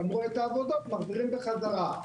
גמרו את העבודות אז מחזירים בחזרה.